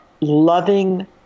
loving